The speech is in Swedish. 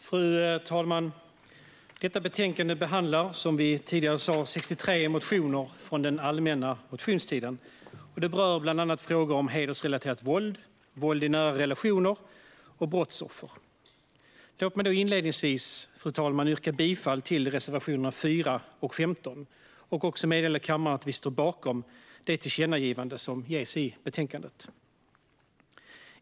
Fru talman! I detta betänkande behandlas 63 motioner från allmänna motionstiden. De berör bland andra frågor om hedersrelaterat våld, våld i nära relationer och brottsoffer. Fru talman! Inledningsvis yrkar jag bifall till reservationerna 4 och 15. Jag vill också meddela kammaren att vi står bakom det förslag till tillkännagivande som finns i betänkandet.